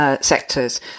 sectors